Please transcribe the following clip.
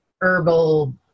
herbal